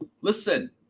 Listen